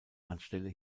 anstelle